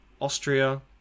austria